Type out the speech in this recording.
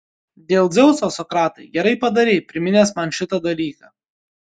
dėl dzeuso sokratai gerai padarei priminęs man šitą dalyką